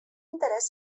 interès